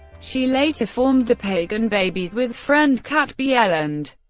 she later formed the pagan babies with friend kat bjelland,